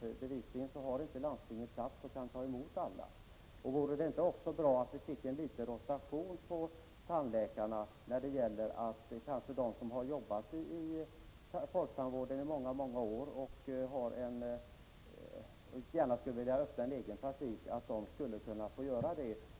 Landstingen har bevisligen inte plats att ta emot alla. Vore det inte bra att få en liten rotation på tandläkarna? De som har jobbat i folktandvården i många år och gärna skulle vilja öppna egen praktik borde få möjlighet att göra det.